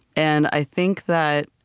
and i think that,